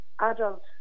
adult